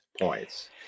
points